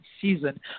season